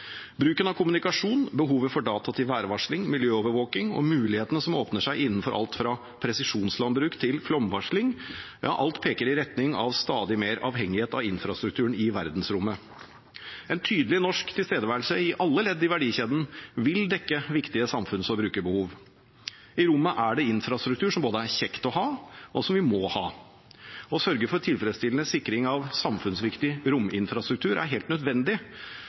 Bruken av kommunikasjon, behovet for data til værvarsling, miljøovervåking og mulighetene som åpner seg innenfor alt fra presisjonslandbruk til flomvarsling – alt peker i retning av stadig mer avhengighet av infrastrukturen i verdensrommet. En tydelig norsk tilstedeværelse i alle ledd i verdikjeden vil dekke viktige samfunns- og brukerbehov. I rommet er det infrastruktur som både er kjekt å ha, og som vi må ha. Å sørge for tilfredsstillende sikring av samfunnsviktig rominfrastruktur er helt nødvendig.